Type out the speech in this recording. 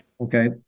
Okay